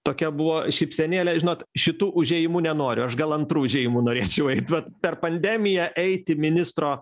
tokia buvo šypsenėlė žinot šitu užėjimu nenoriu aš gal antru užėjimu norėčiau eit vat per pandemiją eit į ministro